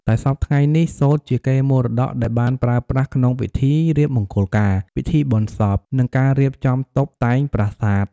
តែសព្វថ្ងៃ នេះ សូត្រជាកេរមត៌កដែលបានប្រើប្រាស់ក្នុងពិធីរៀបមង្គលការ ពិធីបុណ្យសព និង ការរៀបចំតុបតែងប្រាសាទ។